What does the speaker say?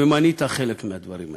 ומנית חלק מהדברים האלה.